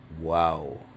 Wow